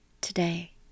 today